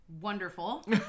Wonderful